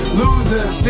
losers